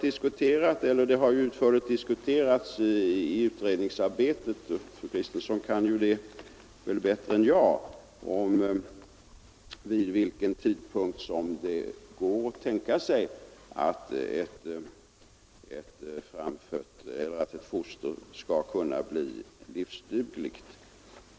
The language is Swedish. Det har utförligt diskuterats i utredningsarbetet — och fru Kristensson kan det väl bättre än jag — vid vilken tidpunkt det går att tänka sig att ett foster kan bli livsdugligt.